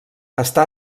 està